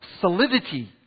Solidity